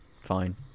fine